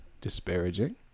disparaging